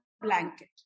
blanket